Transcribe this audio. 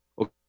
Okay